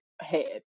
head